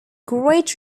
great